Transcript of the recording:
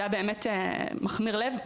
זה היה באמת מכמיר לב.